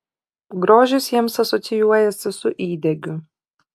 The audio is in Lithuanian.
grožis jiems asocijuojasi su įdegiu